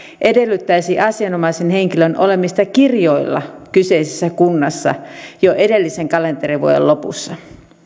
edellyttäisi asianomaisen henkilön olemista kirjoilla kyseisessä kunnassa jo edellisen kalenterivuoden lopussa